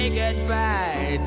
goodbye